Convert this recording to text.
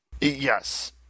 Yes